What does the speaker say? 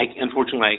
Unfortunately